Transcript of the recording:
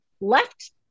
left